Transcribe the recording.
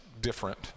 different